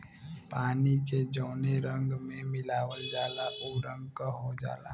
पानी के जौने रंग में मिलावल जाला उ रंग क हो जाला